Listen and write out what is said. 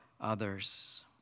others